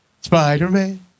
Spider-Man